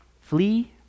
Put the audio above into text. Flee